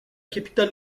capitale